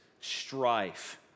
strife